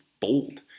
Bold